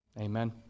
Amen